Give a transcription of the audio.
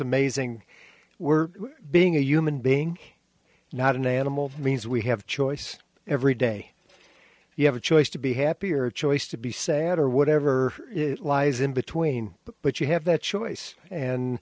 amazing we're being a human being not an animal means we have choices every day you have a choice to be happy or choice to be sad or whatever lies in between but you have that choice and